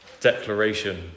declaration